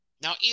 Now